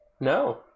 No